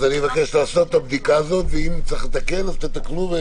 אז אני מבקש לעשות את הבדיקה הזאת ואם צריך לתקן אז תתקנו.